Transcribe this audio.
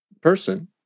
person